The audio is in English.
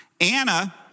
Anna